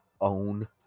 own